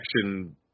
action